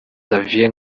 xavier